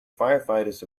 firefighters